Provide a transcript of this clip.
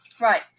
right